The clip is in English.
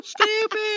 stupid